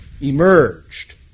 emerged